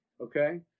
okay